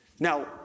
Now